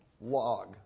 log